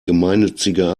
gemeinnützige